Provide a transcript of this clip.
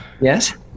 Yes